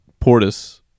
Portis